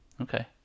Okay